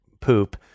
poop